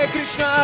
Krishna